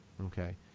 Okay